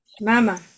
Mama